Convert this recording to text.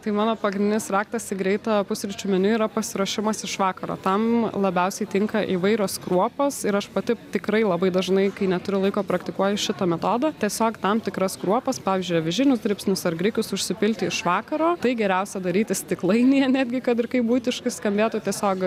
tai mano pagrindinis raktas į greito pusryčių meniu yra pasiruošimas iš vakaro tam labiausiai tinka įvairios kruopos ir aš pati tikrai labai dažnai kai neturiu laiko praktikuoju šitą metodą tiesiog tam tikras kruopas pavyzdžiui avižinius dribsnius ar grikius užsipilti iš vakaro tai geriausia daryti stiklainyje netgi kad ir kaip buitiškai skambėtų tiesiog